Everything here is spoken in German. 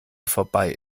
vorbei